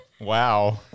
Wow